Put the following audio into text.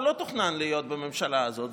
הוא לא תוכנן להיות בממשלה הזו.